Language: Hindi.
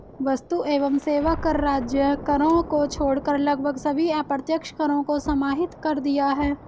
वस्तु एवं सेवा कर राज्य करों को छोड़कर लगभग सभी अप्रत्यक्ष करों को समाहित कर दिया है